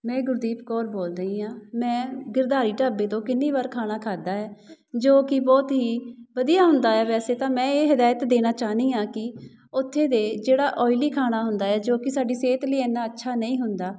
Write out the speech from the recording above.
ਮੈਂ ਗੁਰਦੀਪ ਕੌਰ ਬੋਲ ਰਹੀ ਹਾਂ ਮੈਂ ਗਿਰਧਾਰੀ ਢਾਬੇ ਤੋਂ ਕਿੰਨੀ ਵਾਰ ਖਾਣਾ ਖਾਧਾ ਹੈ ਜੋ ਕਿ ਬਹੁਤ ਹੀ ਵਧੀਆ ਹੁੰਦਾ ਹੈ ਵੈਸੇ ਤਾਂ ਮੈਂ ਇਹ ਹਿਦਾਇਤ ਦੇਣਾ ਚਾਹੁੰਦੀ ਹਾਂ ਕਿ ਉੱਥੇ ਦੇ ਜਿਹੜਾ ਓਇਲੀ ਖਾਣਾ ਹੁੰਦਾ ਹੈ ਜੋ ਕਿ ਸਾਡੀ ਸਿਹਤ ਲਈ ਐਨਾ ਅੱਛਾ ਨਹੀਂ ਹੁੰਦਾ